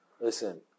Listen